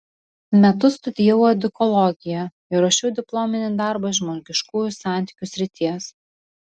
metus studijavau edukologiją ir rašiau diplominį darbą iš žmogiškųjų santykių srities